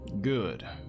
Good